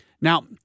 Now